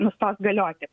nustos galioti